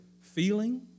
feeling